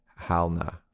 halna